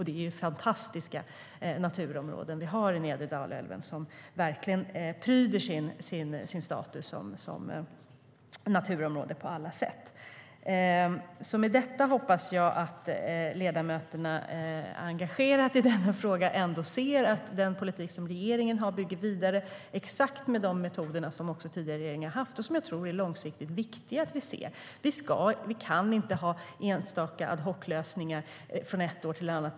Det är fantastiska naturområden vid nedre Dalälven som på alla sätt verkligen pryder sin status som naturområde. Med detta hoppas jag att de ledamöter som är engagerade i denna fråga ser att regeringens politik bygger vidare exakt på de metoder som den tidigare regeringen har använt och som är långsiktiga. Vi kan inte ha enstaka ad hoc-lösningar från ett år till ett annat.